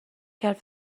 کرد